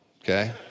Okay